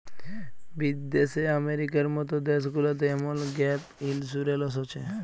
বিদ্যাশে আমেরিকার মত দ্যাশ গুলাতে এমল গ্যাপ ইলসুরেলস হছে